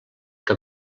que